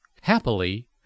happily